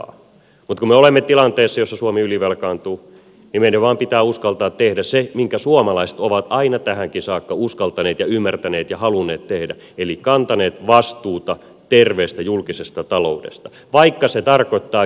mutta kun me olemme tilanteessa jossa suomi ylivelkaantuu niin meidän vaan pitää uskaltaa tehdä se minkä suomalaiset ovat aina tähänkin saakka uskaltaneet ja ymmärtäneet ja halunneet tehdä eli kantaa vastuuta terveestä julkisesta taloudesta vaikka se tarkoittaa kipeitä päätöksiä